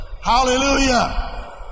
Hallelujah